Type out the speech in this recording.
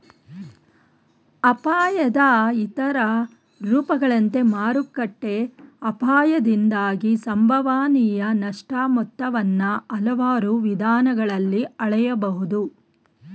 ಅಪಾಯದ ಇತರ ರೂಪಗಳಂತೆ ಮಾರುಕಟ್ಟೆ ಅಪಾಯದಿಂದಾಗಿ ಸಂಭವನೀಯ ನಷ್ಟ ಮೊತ್ತವನ್ನ ಹಲವಾರು ವಿಧಾನಗಳಲ್ಲಿ ಹಳೆಯಬಹುದು